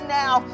now